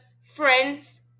friends